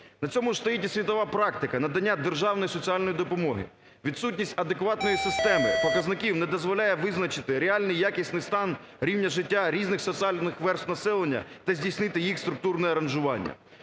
На цьому ж стоїть і світова практика надання державної соціальної допомоги. Відсутність адекватної системи показників не дозволяє визначити реальний якісний стан рівня життя різних соціальних верств населення та здійснити їх структурне ранжування.